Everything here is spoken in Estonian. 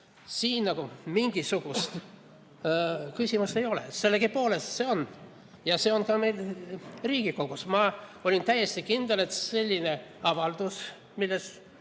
Siin nagu mingisugust küsimust ei ole. Sellegipoolest see on. Ja see on ka meil Riigikogus. Ma olin täiesti kindel, et selline avaldus on